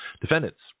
Defendants